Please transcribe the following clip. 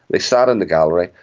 they sat in the gallery,